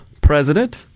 president